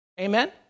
Amen